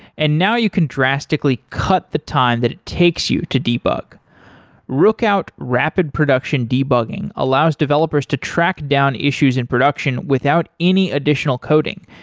and now you can drastically cut the time that it takes you to debug rookout rapid production debugging allows developers to track down issues in production without any additional coding.